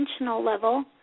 level